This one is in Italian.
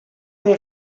nel